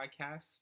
podcasts